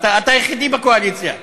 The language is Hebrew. אתה היחידי בקואליציה,